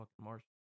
martian